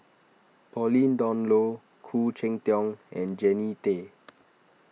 Pauline Dawn Loh Khoo Cheng Tiong and Jannie Tay